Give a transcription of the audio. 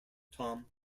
tom